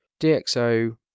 DXO